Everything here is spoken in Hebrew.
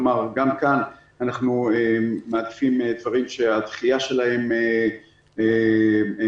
גם כאן אנחנו מעדיפים דברים שהדחייה שלהם מסוכנת